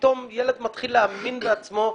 פתאום ילד מתחיל להאמין בעצמו בזכותן,